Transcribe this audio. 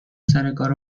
سرکار